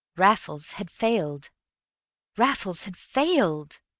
raffles had failed raffles had failed!